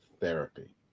therapy